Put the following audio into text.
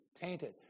tainted